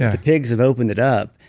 the pigs have opened it up,